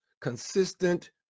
consistent